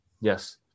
Yes